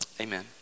Amen